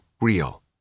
real